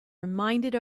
reminded